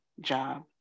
job